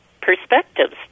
perspectives